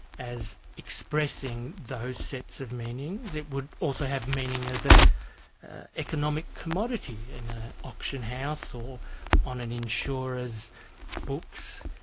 as expressing those sets of meanings. it would also have meaning as ah an economic commodity in ah an auction house, or on an insurer's books.